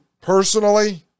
personally